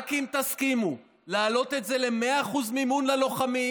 רק אם תסכימו להעלות את זה ל-100% מימון ללוחמים,